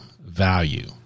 Value